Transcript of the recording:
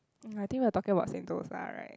I think we're talking about Sentosa right